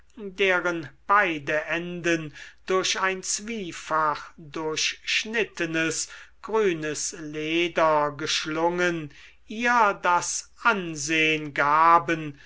deren beide enden durch ein zwiefach durchschnittenes grünes leder geschlungen ihr das ansehn gaben